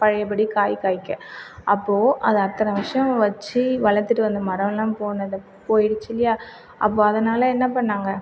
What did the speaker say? பழையப்படி காய் காய்க்க அப்போ அது அத்தனை வருஷம் வச்சு வளர்த்துட்டு வந்த மரம்லாம் போனது போயிடுச்சில்லையா அப்போ அதனால் என்ன பண்ணாங்க